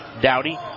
Dowdy